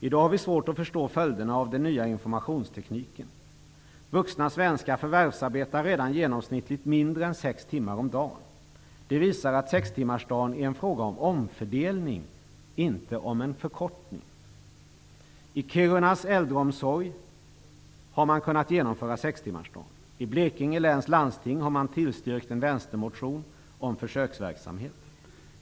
I dag har vi svårt att förstå följderna av den nya informationstekniken. Vuxna svenskar förvärvsarbetar redan genomsnittligt mindre än sex timmar om dagen. Det visar att sextimmarsdagen är en fråga om omfördelning, inte om förkortning. I Kirunas äldreomsorg har man kunnat genomföra sextimmarsdagen. I Blekinge läns landsting har man tillstyrkt en vänstermotion om försöksverksamhet.